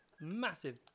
massive